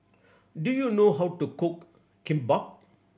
do you know how to cook Kimbap